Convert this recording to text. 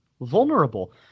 vulnerable